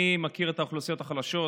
אני מכיר את האוכלוסיות החלשות,